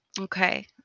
Okay